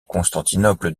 constantinople